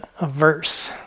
averse